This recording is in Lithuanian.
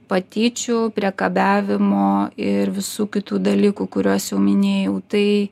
patyčių priekabiavimo ir visų kitų dalykų kuriuos jau minėjau tai